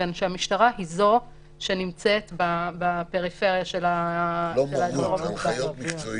מכיוון שהמשטרה היא זאת שנמצאת בפריפריה של האזור המוגבל.